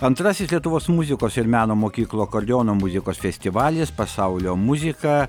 antrasis lietuvos muzikos ir meno mokyklų akordeono muzikos festivalis pasaulio muzika